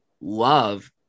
love